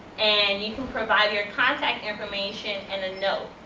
and you can provide your contact information and a note.